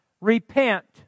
Repent